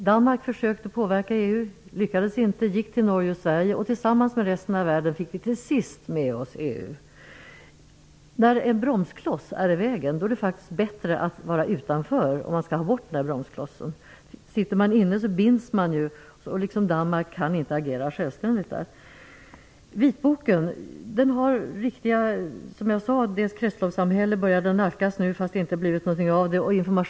Danmark försökte påverka EU men lyckades inte utan vände sig till Norge och Sverige. Tillsammans med resten av världen fick vi till sist med oss EU. När en bromskloss är i vägen är det faktiskt bättre att vara utanför, om man vill få bort bromsklossen. Befinner man sig innanför binds man ju. Liksom Danmark kan man då inte agera självständigt. Så till vitboken. Kretsloppssamhället där har det inte blivit något av men ändå börjar ett kretsloppssamhälle nu nalkas. Informationsteknik talas det också om.